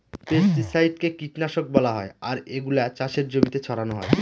পেস্টিসাইডকে কীটনাশক বলা হয় আর এগুলা চাষের জমিতে ছড়ানো হয়